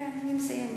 אוקיי, אני מסיימת.